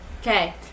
Okay